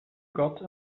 got